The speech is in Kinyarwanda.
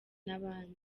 n’abandi